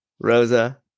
Rosa